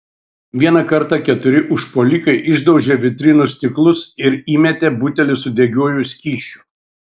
vieną kartą keturi užpuolikai išdaužė vitrinų stiklus ir įmetė butelį su degiuoju skysčiu